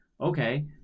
Okay